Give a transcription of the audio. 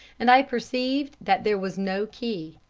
and i perceived that there was no key.